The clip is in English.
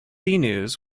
news